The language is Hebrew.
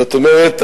זאת אומרת,